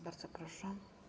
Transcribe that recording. Bardzo proszę.